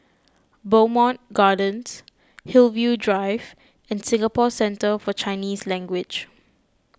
Bowmont Gardens Hillview Drive and Singapore Centre for Chinese Language